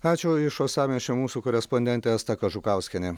ačiū iš uostamiečio mūsų korespondentė asta kažukauskienė